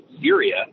Syria